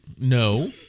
No